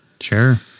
Sure